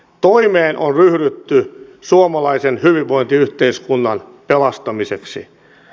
toimeen on ryhdytty suomalaisen hyvinvointiyhteiskunnan pelastamiseksi